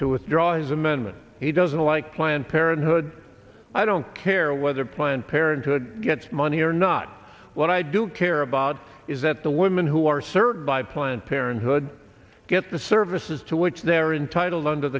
withdraw his amendment he doesn't like planned parenthood i don't care whether planned parenthood gets money or not what i do care about is that the women who are certain by planned parenthood get the services to which they're intitled under